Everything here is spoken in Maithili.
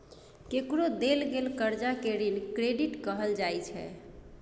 केकरो देल गेल करजा केँ ऋण क्रेडिट कहल जाइ छै